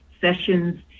sessions